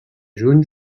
juny